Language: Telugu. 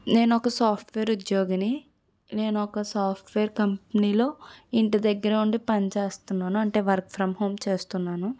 నేను ఒక సాఫ్ట్వేర్ ఉద్యోగిని నేను ఒక సాఫ్ట్వేర్ కంపెనీలో ఇంటి దగ్గర ఉండి పనిచేస్తున్నాను అంటే వర్క్ ఫ్రమ్ హోమ్ చేస్తున్నాను